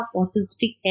autistic